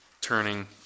turning